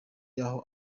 yaho